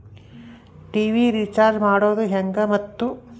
TV recharge ಮಾಡೋದು ಹೆಂಗ ಮತ್ತು?